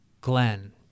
Glenn